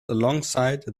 alongside